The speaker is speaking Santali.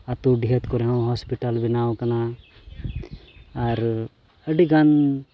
ᱟᱹᱛᱩ ᱰᱤᱦᱟᱹᱛ ᱠᱚᱨᱮ ᱦᱚᱸ ᱦᱚᱥᱯᱤᱴᱟᱞ ᱵᱮᱱᱟᱣ ᱠᱟᱱᱟ ᱟᱨ ᱟᱹᱰᱤ ᱜᱟᱱ